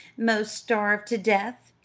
most starved to death?